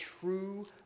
true